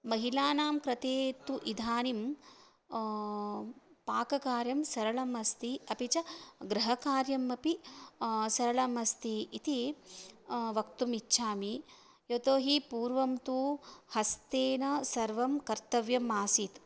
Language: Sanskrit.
महिलानां कृते तु इदानीं पाककार्यं सरलम् अस्ति अपि च गृहकार्यम् अपि सरलमस्ति इति वक्तुम् इच्छामि यतोहि पूर्वं तु हस्तेन सर्वं कर्तव्यम् आसीत्